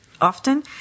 Often